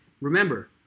remember